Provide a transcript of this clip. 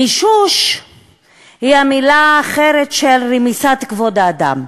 מישוש היא המילה האחרת של רמיסת כבוד האדם,